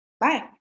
bye